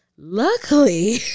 luckily